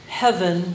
heaven